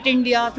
India